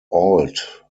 ault